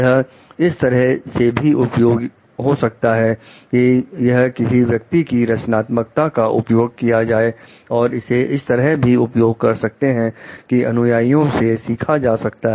यह इस तरह से भी उपयोग हो सकता है कि यह किसी व्यक्ति की रचनात्मकता का उपयोग किया जाए और इसे इस तरह भी उपयोग कर सकते हैं कि अनुयायियों से सीखा जा सकता है